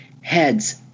heads